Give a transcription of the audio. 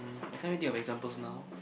I can't really think of examples now